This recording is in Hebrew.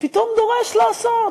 פתאום דורש לעשות.